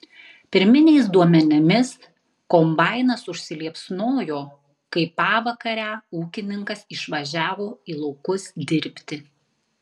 pirminiais duomenimis kombainas užsiliepsnojo kai pavakarę ūkininkas išvažiavo į laukus dirbti